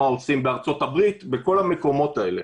מה עושים בארצות הברית ובכל המקומות האלה.